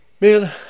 Man